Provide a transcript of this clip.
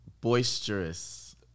boisterous